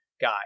guy